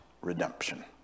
redemption